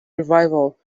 revival